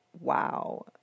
Wow